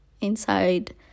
inside